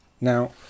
Now